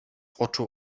oczu